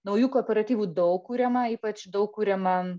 naujų kooperatyvų daug kuriama ypač daug kuriama